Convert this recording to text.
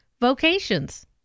vocations